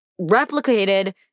replicated